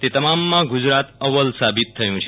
તે તમામમાં ગુજરાત અવ્વલ સાબિત થયું છે